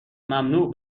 ممنوع